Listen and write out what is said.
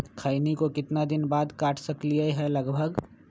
खैनी को कितना दिन बाद काट सकलिये है लगभग?